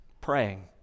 praying